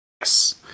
Yes